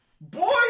Boy